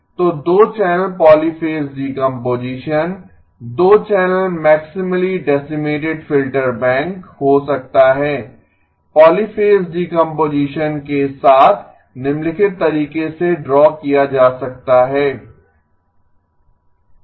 तो 2 channel polyphase decomposition 2 channel maximally decimated filter bank हो सकता है पॉलीफ़ेज़ डीकम्पोजीशन के साथ निम्नलिखित तरीके से ड्रा किया जा सकता है E0 z 1 E1